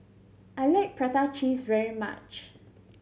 I like prata cheese very much